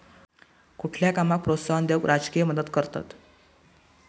कुठल्या कामाक प्रोत्साहन देऊक राजकीय मदत करतत